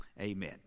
Amen